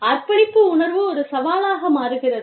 அர்ப்பணிப்பு உணர்வு ஒரு சவாலாக மாறுகிறது